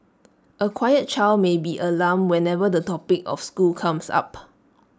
A quiet child may be alarmed whenever the topic of school comes up